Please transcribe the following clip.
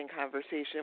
conversation